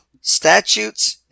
statutes